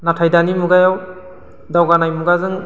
नाथाय दानि मुगायाव दावगानाय मुगाजों